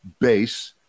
base